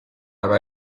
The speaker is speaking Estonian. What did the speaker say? aga